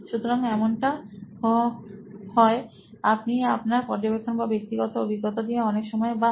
সুতরাং এমনটাই হয় আপনি আপনার পর্যবেক্ষণ বা ব্যক্তিগত অভিজ্ঞতা দিয়ে অনেক সময়বাহ